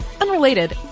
Unrelated